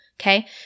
Okay